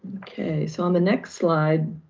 okay, so on the next slide,